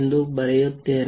ಎಂದು ಬರೆಯುತ್ತೇನೆ